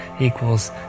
equals